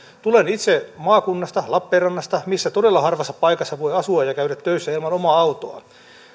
tulen itse maakunnasta lappeenrannasta missä todella harvassa paikassa voi asua ja käydä töissä ilman omaa autoa